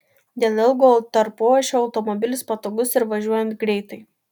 dėl ilgo tarpuašio automobilis patogus ir važiuojant greitai